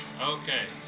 Okay